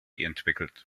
entwickelt